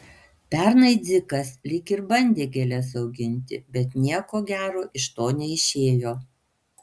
pernai dzikas lyg ir bandė gėles auginti bet nieko gero iš to neišėjo